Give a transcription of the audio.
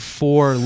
four